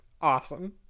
awesome